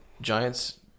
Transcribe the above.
giants